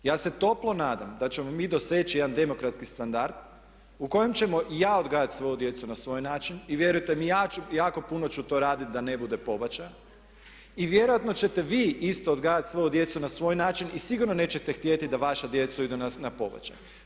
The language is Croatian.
Ja se toplo nadam da ćemo mi doseći jedan demokratski standard u kojem ćemo i ja odgajat svoju djecu na svoj način, i vjerujte mi ja ću jako puno ću to raditi da ne bude pobačaja, i vjerojatno ćete vi isto odgajat svoju djecu na svoj način i sigurno nećete htjeti da vaša djeca idu na pobačaj.